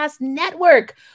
network